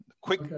Quick